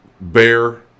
bear